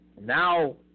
Now